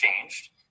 changed